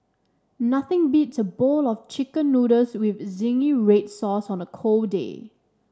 nothing beats a bowl of chicken noodles with zingy red sauce on a cold day